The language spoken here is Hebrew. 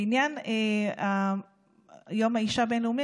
בעניין יום האישה הבין-לאומי,